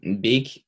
big